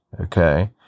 okay